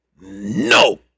no